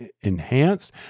enhanced